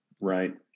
Right